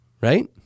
Right